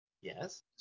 Yes